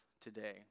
today